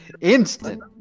Instant